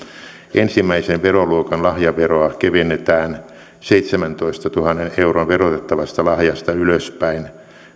ensimmäisen veroluokan lahjaveroa kevennetään seitsemäntoistatuhannen euron verotettavasta lahjasta ylöspäin